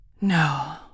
No